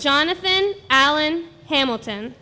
jonathan allen hamilton